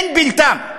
אין בלתם.